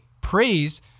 praise